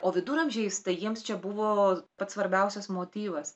o viduramžiais tai jiems čia buvo pats svarbiausias motyvas